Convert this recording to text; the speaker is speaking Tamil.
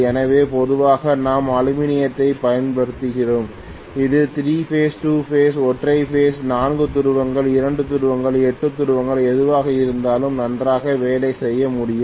எனவே பொதுவாக நாம் அலுமினியத்தைப் பயன்படுத்துகிறோம் இது 3 பேஸ் 2 பேஸ் ஒற்றை பேஸ் 4 துருவங்கள் 2 துருவங்கள் 8 துருவங்கள் எதுவாக இருந்தாலும் நன்றாக வேலை செய்ய முடியும்